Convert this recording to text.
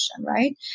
right